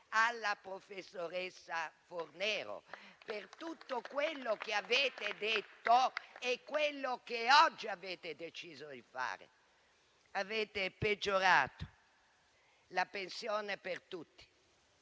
alla professoressa Fornero per tutto quello che avete detto e quello che oggi avete deciso di fare. Avete peggiorato la pensione per tutti.